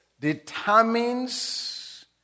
determines